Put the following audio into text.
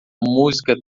música